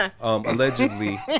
Allegedly